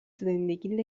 زندگی